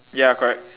ya correct